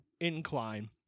incline